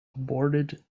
aborted